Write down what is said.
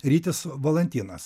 rytis valantinas